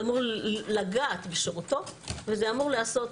זה אמור לגעת בשירותו וזה אמור להיעשות